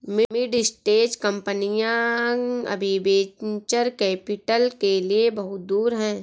mid stage कंपनियां अभी venture capital के लिए बहुत दूर हैं